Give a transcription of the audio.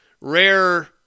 rare